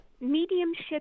Mediumship